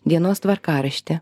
dienos tvarkaraštį